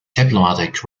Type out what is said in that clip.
diplomatic